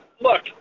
look